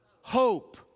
Hope